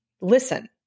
listen